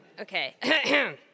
Okay